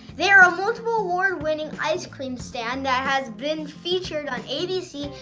they are a multiple award-winning ice cream stand that has been featured on abc,